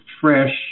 fresh